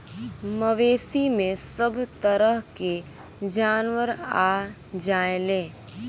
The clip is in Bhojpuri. मवेसी में सभ तरह के जानवर आ जायेले